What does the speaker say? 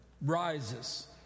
rises